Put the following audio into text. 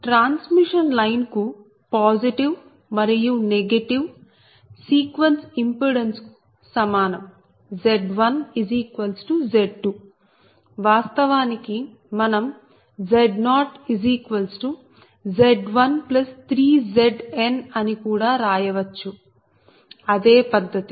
transmission line కు positive మరియు negative sequence impedance సమానం Z1Z2 వాస్తవానికి మనం Z0Z13Zn అని కూడా రాయవచ్చు అదే పద్ధతి